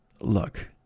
look